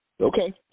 Okay